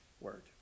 word